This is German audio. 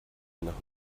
nach